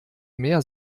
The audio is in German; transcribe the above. mehr